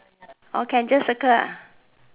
orh can just circle ah